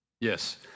Yes